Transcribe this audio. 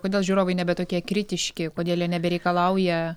kodėl žiūrovai nebe tokie kritiški kodėl jie nebereikalauja